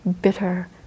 bitter